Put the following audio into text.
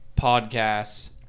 podcasts